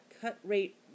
cut-rate